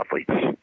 athletes